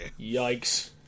Yikes